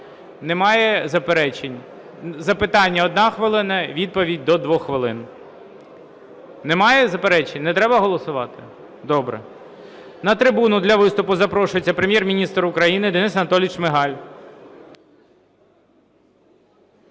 Немає заперечень? Запитання – 1 хвилина, відповідь – до 2 хвилин. Немає заперечень? Не треба голосувати? Добре. На трибуну для виступу запрошується Прем'єр-міністр України Денис Анатолійович Шмигаль.